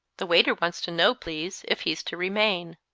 the waiter wants to know, please, if he's to remain?